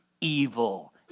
evil